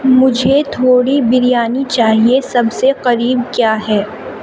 مجھے تھوڑی بریانی چاہیے سب سے قریب کیا ہے